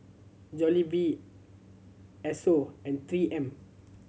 Jollibee Esso and Three M